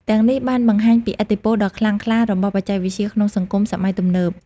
ទាំងនេះបានបង្ហាញពីឥទ្ធិពលដ៏ខ្លាំងក្លារបស់បច្ចេកវិទ្យាក្នុងសង្គមសម័យទំនើប។